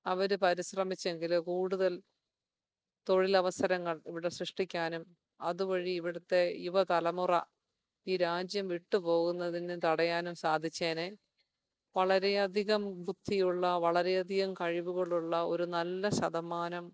അവർ പരിശ്രമിച്ചെങ്കിൽ കൂടുതൽ തൊഴിലവസരങ്ങൾ ഇവിടെ സൃഷ്ടിക്കാനും അതുവഴി ഇവിടുത്തെ യുവതലമുറ ഈ രാജ്യം വിട്ട് പോകുന്നതിന് തടയാനും സാധിച്ചേനെ വളരെയധികം ബുദ്ധിയുള്ള വളരെയധികം കഴിവുകളുള്ള ഒരു നല്ല ശതമാനം